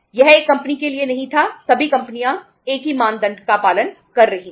यह एक कंपनी के लिए नहीं था सभी कंपनियां एक ही मानदंड का पालन कर रही थीं